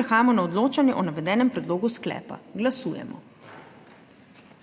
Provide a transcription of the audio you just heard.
Prehajamo na odločanje o navedenem predlogu sklepa. Glasujemo.